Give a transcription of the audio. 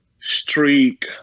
streak